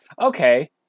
Okay